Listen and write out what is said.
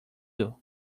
you